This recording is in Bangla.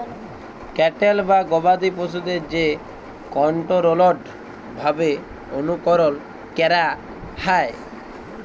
ক্যাটেল বা গবাদি পশুদের যে কনটোরোলড ভাবে অনুকরল ক্যরা হয়